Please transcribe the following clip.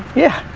yeah.